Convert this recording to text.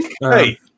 Hey